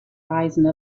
rising